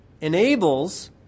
enables